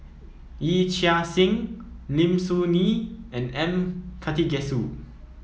Yee Chia Hsing Lim Soo Ngee and M Karthigesu